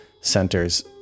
centers